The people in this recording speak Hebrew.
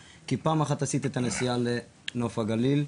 כי פעם אחת עשיתי את הנסיעה לנוף הגליל,